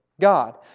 God